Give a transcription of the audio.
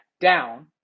down